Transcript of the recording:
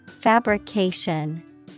Fabrication